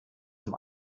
zum